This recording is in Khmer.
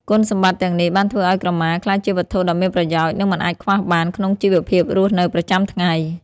គុណសម្បត្តិទាំងនេះបានធ្វើឱ្យក្រមាក្លាយជាវត្ថុដ៏មានប្រយោជន៍ និងមិនអាចខ្វះបានក្នុងជីវភាពរស់នៅប្រចាំថ្ងៃ។